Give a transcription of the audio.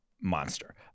Monster